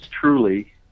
truly